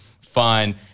fun